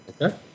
Okay